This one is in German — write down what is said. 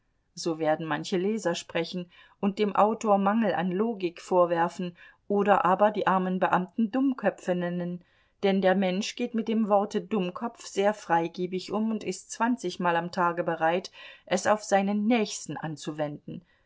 so werden manche leser sprechen und dem autor mangel an logik vorwerfen oder aber die armen beamten dummköpfe nennen denn der mensch geht mit dem worte dummkopf sehr freigebig um und ist zwanzigmal am tage bereit es auf seinen nächsten anzuwenden